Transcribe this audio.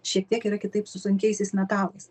šiek tiek yra kitaip su sunkiaisiais metalais